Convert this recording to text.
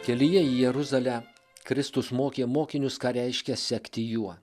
kelyje į jeruzalę kristus mokė mokinius ką reiškia sekti juo